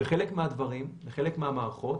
בחלק מהדברים, בחלק מהמערכות,